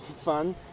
fun